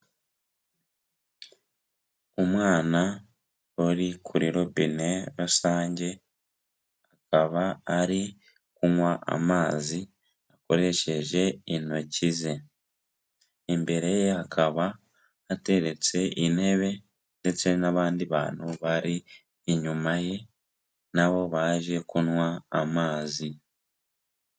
Umwana uri kuri robine rusange, akaba ari kunywa amazi akoresheje intoki ze, imbere ye hakaba hateretse intebe ndetse n'abandi bantu bari inyuma ye na bo baje kunywa amazi.